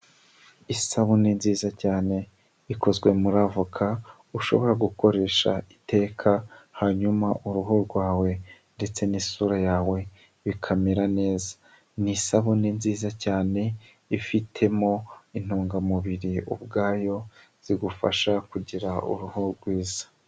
Isabune nziza cyane ikozwe muri avoka ushobora gukoresha iteka hanyuma uruhu rwawe ndetse n'isura yawe bikamera neza, ni isabune nziza cyane ifitemo intungamubiri ubwayo zigufasha kugira uruhu rwiza.